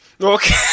okay